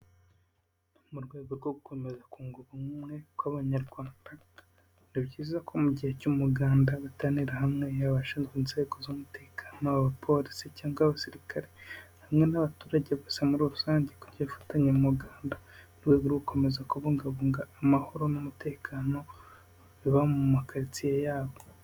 Mu rwego rwo gukomeza kunga ubumwe kw'Abanyarwanda, ni byiza ko mu gihe cy'umuganda bateranira hamwe, yaba abashinzwe inzego z'umutekano, abapolisi cyangwa abasirikare, hamwe n'abaturage bose muri rusange kugira ngo bifatanye mu muganda, mu rwego rwo gukomeza kubungabunga amahoro n'umutekano, biba mu makaritsiye yabo.